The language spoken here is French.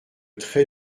trait